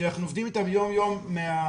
שאנחנו עובדים אתם יום יום בתוכנית.